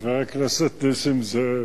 חבר הכנסת נסים זאב,